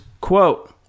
quote